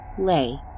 lay